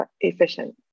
efficient